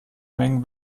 mengen